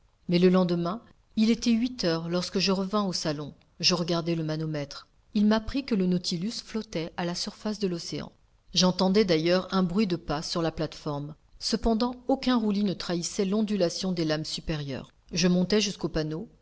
mais le lendemain il était huit heures lorsque je revins au salon je regardai le manomètre il m'apprit que le nautilus flottait à la surface de l'océan j'entendais d'ailleurs un bruit de pas sur la plate-forme cependant aucun roulis ne trahissait l'ondulation des lames supérieures je montai jusqu'au panneau